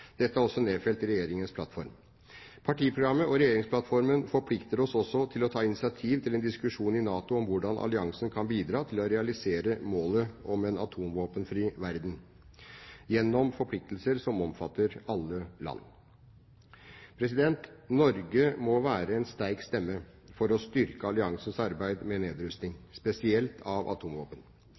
Dette er også nedfelt i Regjeringens plattform. Partiprogrammet og regjeringsplattformen forplikter oss også til å ta initiativ til en diskusjon i NATO om hvordan alliansen kan bidra til å realisere målet om en atomvåpenfri verden gjennom forpliktelser som omfatter alle land. Norge må være en sterk stemme for å styrke alliansens arbeid med nedrustning, spesielt av atomvåpen.